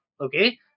okay